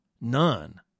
None